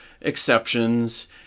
exceptions